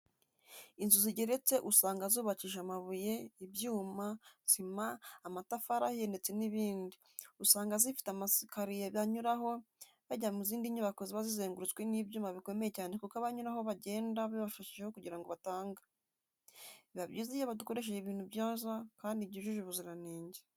Inzu zigeretse usanga zubakishije amabuye, ibyuma, sima, amatafari ahiye ndetse n'ibindi, usanga zifite amasikariye banyuraho bajya mu zindi nyubako ziba zizengurutswe n'ibyuma bikomeye cyane kuko abanyuraho bagenda babifasheho kugira ngo batanga, biba byiza iyo dukoresheje ibintu byiza kandi byujuje ubuziranenge.